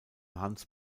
hans